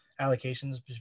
allocations